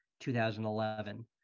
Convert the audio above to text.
2011